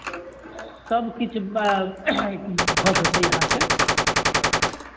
सभकिछु भऽ जेतै अहाँके